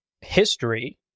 history